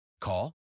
Call